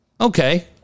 Okay